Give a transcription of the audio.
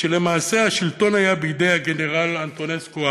כשלמעשה השלטון היה בידי הגנרל אנטונסקו,